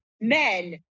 men